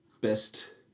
best